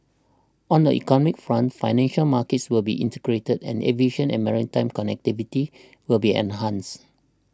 on the economic front financial markets will be integrated and aviation and maritime connectivity will be enhanced